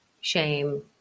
shame